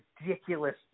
ridiculous